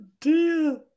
dear